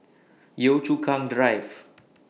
Yio Chu Kang Drive